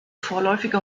vorläufige